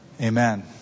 Amen